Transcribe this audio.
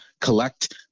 collect